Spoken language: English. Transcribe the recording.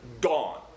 gone